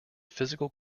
physical